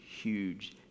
huge